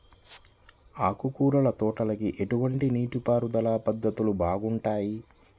ఆకుకూరల తోటలకి ఎటువంటి నీటిపారుదల పద్ధతులు బాగుంటాయ్?